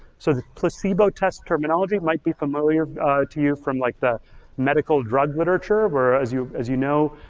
so the placebo test terminology might be familiar to you from like the medical drug literature where, as you as you know,